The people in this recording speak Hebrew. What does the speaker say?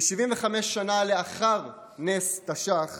כ-75 שנה לאחר נס תש"ח,